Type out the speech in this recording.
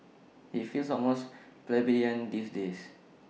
IT feels almost plebeian these days